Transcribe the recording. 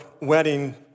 wedding